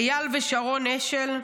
איל ושרון אשל,